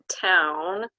town